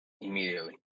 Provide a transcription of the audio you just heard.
Immediately